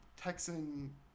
Texan